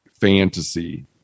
fantasy